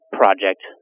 project